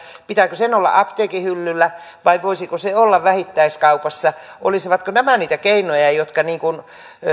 olla apteekin hyllyllä vai voisiko se olla vähittäiskaupassa olisivatko nämä niitä keinoja jotka